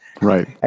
Right